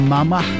Mama